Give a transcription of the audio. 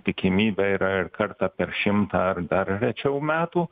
tikimybė yra ir kartą per šimtą ar dar rečiau metų